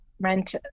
rent